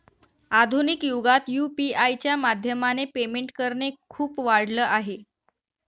आधुनिक युगात यु.पी.आय च्या माध्यमाने पेमेंट करणे खूप वाढल आहे